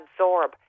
absorb